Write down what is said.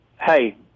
hey